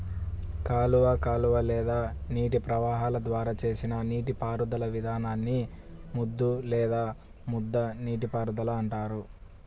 కాలువ కాలువ లేదా నీటి ప్రవాహాల ద్వారా చేసిన నీటిపారుదల విధానాన్ని ముద్దు లేదా ముద్ద నీటిపారుదల అంటారు